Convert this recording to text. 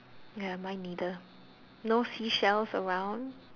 ya mine neither no seashells around